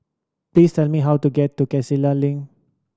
please tell me how to get to Link